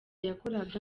yakoraga